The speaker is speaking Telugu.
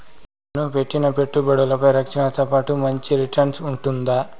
నేను పెట్టిన పెట్టుబడులపై రక్షణతో పాటు మంచి రిటర్న్స్ ఉంటుందా?